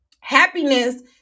happiness